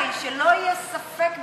ודאי, שלא יהיה ספק בכלל.